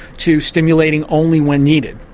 to stimulating only when needed.